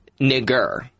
Nigger